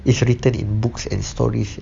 it should written in books and stories